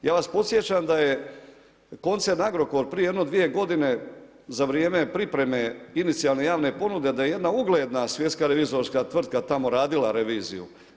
Ja vas podsjećam da je koncern Agrokor, prije jedno 2 g. za vrijeme pripreme inicijalne javne ponude, da je jedna ugleda svjetska revizorska tvrtka tamo radila reviziju.